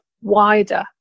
wider